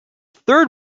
third